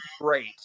great